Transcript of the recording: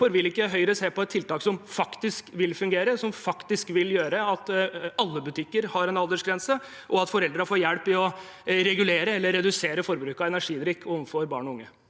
Høyre se på et tiltak som faktisk vil fungere, som faktisk vil gjøre at alle butikker har en aldersgrense, og at foreldre får hjelp til å regulere eller redusere forbruket av energidrikk hos barn og unge?